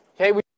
okay